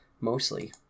mostly